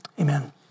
Amen